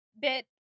bit